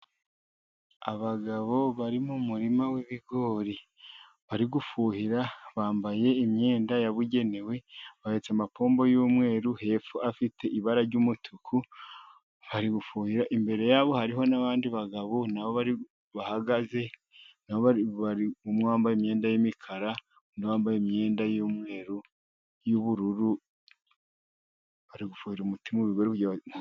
Abagabo bari mu muririma w'ibigori ,bari gufuhira bambaye imyenda yabugenewe, bahetse amapompo y'umweru, hepfo afite ibara ry'umutuku ,bari gufuhira, imbere yabo hariho n'abandi bagabo, na bo bahagaze bambaye imyenda y'imikara, n'abambaye imyenda y'umweru ,y'ubururu bari gufura umuti mu bigori.